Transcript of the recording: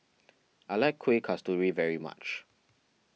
I like Kuih Kasturi very much